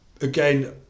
again